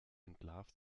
entlarvt